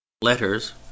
letters